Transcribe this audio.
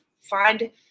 find